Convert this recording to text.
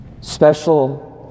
special